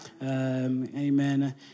Amen